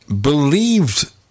believed